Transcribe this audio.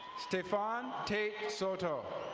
stefan tate soto.